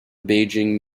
beijing